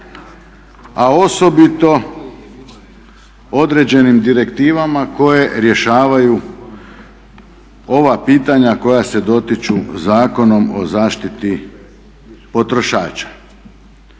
a osobito određenim direktivama koje rješavaju ova pitanja koja se dotiču Zakonom o zaštiti potrošača.